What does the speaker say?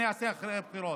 אני אעשה אחרי הבחירות.